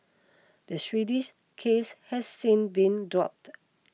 the Swedish case has since been dropped